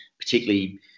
particularly